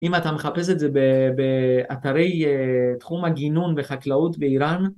אם אתה מחפש את זה באתרי תחום הגינון וחקלאות באיראן